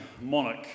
monarch